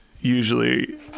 usually